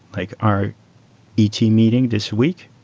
like our et meeting this week,